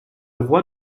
roi